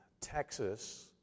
Texas